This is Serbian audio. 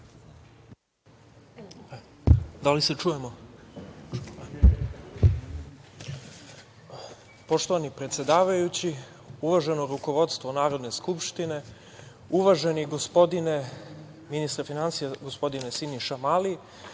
**Luka Kebara** Poštovani predsedavajući, uvaženo rukovodstvo Narodne skupštine, uvaženi gospodine ministre finansija, gospodine Siniša Mali,